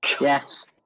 Yes